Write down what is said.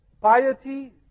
piety